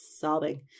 sobbing